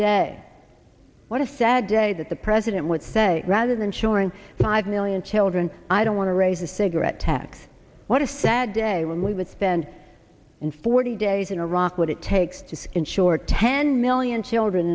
day what a sad day that the president would say rather than children five million children i don't want to raise the cigarette tax what a sad day when we would spend in forty days in iraq what it takes to insure ten million children